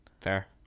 Fair